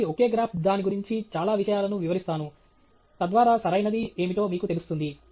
కాబట్టి ఒకే గ్రాఫ్ దాని గురించి చాలా విషయాలను వివరిస్తాను తద్వారా సరైనది ఏమిటో మీకు తెలుస్తుంది